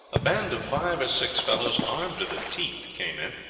a band of five or six fellows, armed to the teeth, came in,